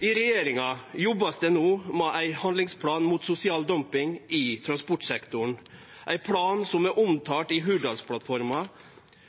I regjeringa jobbar ein no med ein handlingsplan mot sosial dumping i transportsektoren – ein plan som er omtalt i Hurdalsplattforma.